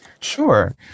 Sure